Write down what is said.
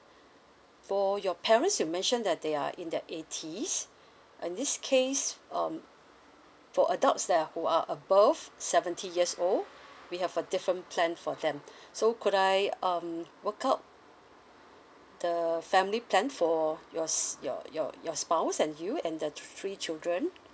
for your parents you mentioned that they are in their eighties and this case um for adults that who are above seventy years old we have a different plan for them so could I um work out the family plan for yours your your your spouse and you and the three children